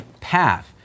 path